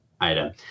item